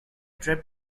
trip